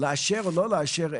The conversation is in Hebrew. לאשר או לא לאשר.